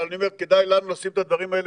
אבל אני אומר שכדאי לנו לשים את הדברים האלה